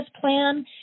plan